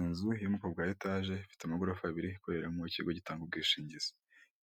Inzu yo mu bwoko bwa etaje ifite amagorofa abiri ikoreramo ikigo gitanga ubwishingizi,